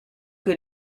que